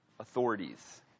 Authorities